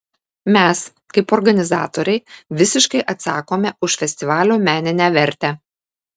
mes kaip organizatoriai visiškai atsakome už festivalio meninę vertę